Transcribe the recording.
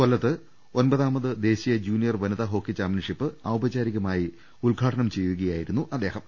കൊല്ലത്ത് ഒൻപ താമത് ദേശീയ ജൂനിയർ വനിതാ ഹോക്കി ചാമ്പ്യൻഷിപ്പ് ഉദ്ഘാടനം ചെയ്യുകയായിരുന്നു അദ്ദേഹം